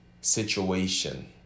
situation